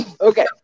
Okay